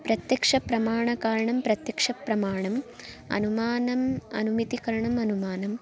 प्रत्यक्षप्रमाणकारणं प्रत्यक्षप्रमाणम् अनुमानम् अनुमितिकरणम् अनुमानम्